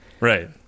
Right